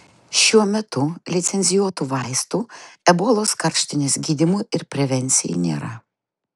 šiuo metu licencijuotų vaistų ebolos karštinės gydymui ir prevencijai nėra